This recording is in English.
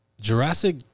Jurassic